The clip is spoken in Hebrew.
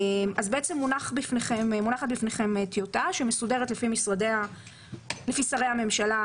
מונחת בפניכם טיוטה שמסודרת לפי שרי הממשלה